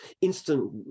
instant